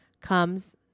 comes